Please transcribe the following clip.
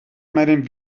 meinen